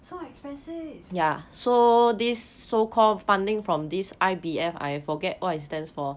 so expensive